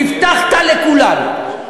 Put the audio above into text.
הבטחת לכולנו,